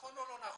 נכון או לא נכון?